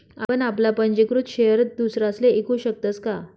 आपण आपला पंजीकृत शेयर दुसरासले ईकू शकतस का?